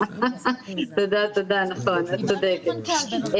תודה, נכון, את צודקת.